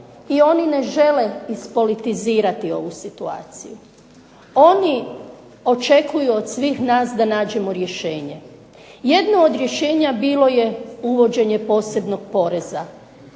i oni ne žele ispolitizirati ovu situaciju. Oni očekuju od svih nas da nađemo rješenje. Jedno od rješenja bilo je uvođenje posebnog poreza,